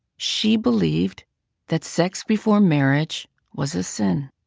she believed that sex before marriage was a sin.